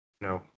No